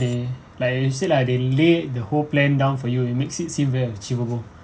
they like you said lah they lay the whole plan down for you it makes it achievable